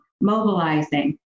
mobilizing